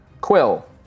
quill